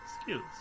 skills